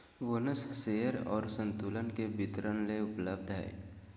bonus share और संतुलन के वितरण ले उपलब्ध हइ